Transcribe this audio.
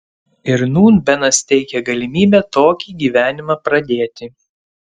ir nūn benas teikia galimybę tokį gyvenimą pradėti